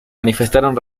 manifestaron